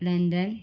London